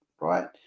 right